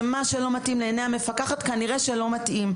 שמה שלא מתאים לעיני המפקחת כנראה שלא מתאים,